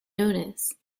notice